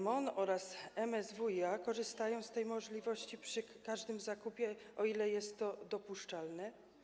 MON oraz MSWiA korzystają z tej możliwości przy każdym zakupie, o ile jest to dopuszczalne?